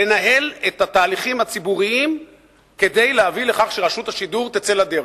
לנהל את התהליכים הציבוריים כדי להביא לכך שרשות השידור תצא לדרך.